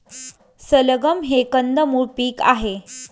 सलगम हे कंदमुळ पीक आहे